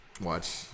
watch